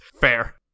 Fair